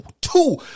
Two